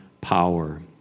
power